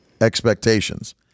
expectations